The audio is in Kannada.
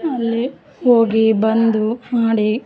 ಅಲ್ಲಿ ಹೋಗಿ ಬಂದು ಮಾಡಿ